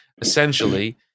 essentially